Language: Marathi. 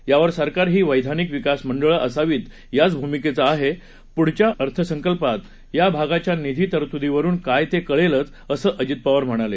त्यावर सरकार ही वैधानिक विकास मंडळे असावीत याच भूमिकेचं आहे पुढच्या अर्थसंकल्पात या भागाच्या निधी तरतूदीवरून काय ते कळलेच असं अजित पवार म्हणाले